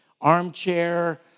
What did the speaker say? armchair